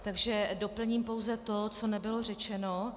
Takže doplním pouze to, co nebylo řečeno.